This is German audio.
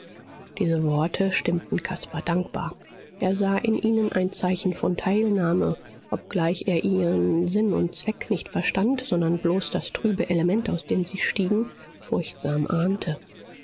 diese worte stimmten caspar dankbar er sah in ihnen ein zeichen von teilnahme obgleich er ihren sinn und zweck nicht verstand sondern bloß das trübe element aus dem sie stiegen furchtsam ahnte